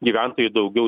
gyventojai daugiau